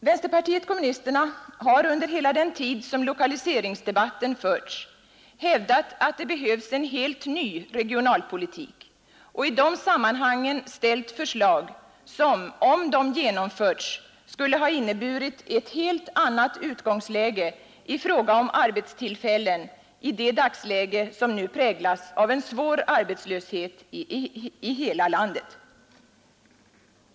Vänsterpartiet kommunisterna har under hela den tid som lokaliseringsdebatten förts hävdat att det behövs en helt ny regionalpolitik och i de sammanhangen ställt förslag som, om de genomförts, skulle ha inneburit ett helt annat utgångsläge i fråga om arbetstillfällen i det dagsläge som nu präglas av en svår arbetslöshet i hela landet.